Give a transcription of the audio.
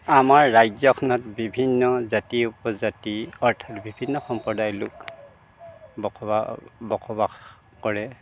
আমাৰ ৰাজ্যখনত বিভিন্ন জাতি উপজাতি অৰ্থাৎ বিভিন্ন সম্প্ৰদায়ৰ লোক বসবা বসবাস কৰে